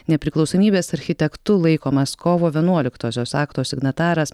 nepriklausomybės architektu laikomas kovo vienuoliktosios akto signataras